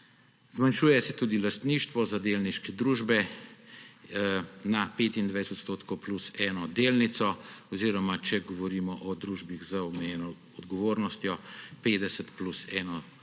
Zmanjšuje se tudi lastništvo za delniške družbe na 25 % plus eno delnico, oziroma če govorimo o družbah z omejeno odgovornostjo 51 % v poslovnem